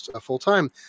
full-time